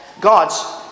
God's